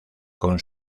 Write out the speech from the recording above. con